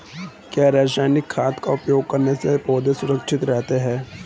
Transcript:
क्या रसायनिक खाद का उपयोग करने से पौधे सुरक्षित रहते हैं?